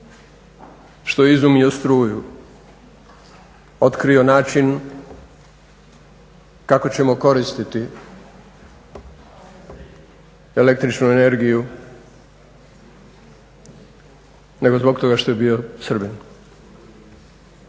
što je izumio struju, otkrio način kako ćemo koristiti električnu energiju, nego zbog toga što je bio Srbin